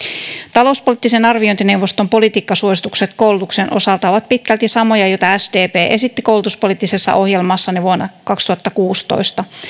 talouspoliittisen arviointineuvoston politiikkasuositukset koulutuksen osalta ovat pitkälti samoja joita sdp esitti koulutuspoliittisessa ohjelmassaan vuonna kaksituhattakuusitoista